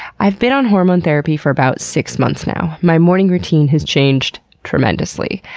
i've been on hormone therapy for about six months now. my morning routine has changed tremendously.